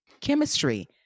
chemistry